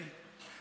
אלי,